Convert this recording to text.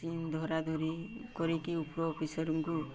ଧରା ଧରି କରିକି ଉପର ଅଫିସର୍ଙ୍କୁ